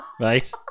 right